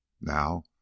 Now